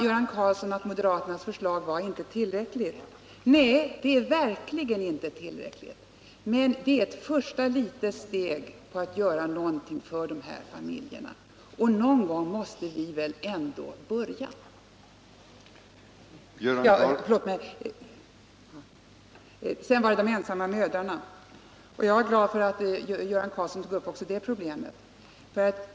Göran Karlsson sade att moderaternas förslag inte var tillräckligt. Nej, det är verkligen inte tillräckligt, men det är ett första litet steg att göra någonting för de här familjerna. Någon gång måste vi väl ändå börja. Sedan var det de ensamma mödrarna. Jag är glad för att Göran Karlsson tog upp också det problemet.